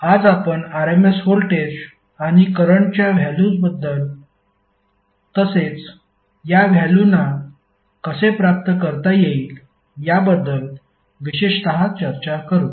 आज आपण RMS voltage आणि करंटच्या व्हॅल्युबद्दल तसेच या व्हॅल्युना कसे प्राप्त करता येईल याबद्दल विशेषत चर्चा करू